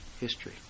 history